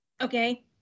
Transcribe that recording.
Okay